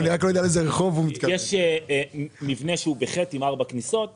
יש מבנה שהוא בחי"ת עם ארבע כניסות.